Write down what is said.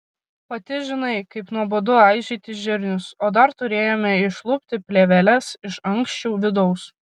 pati žinai kaip nuobodu aižyti žirnius o dar turėjome išlupti plėveles iš ankščių vidaus